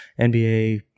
NBA